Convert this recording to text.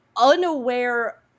unaware